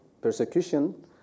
persecution